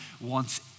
wants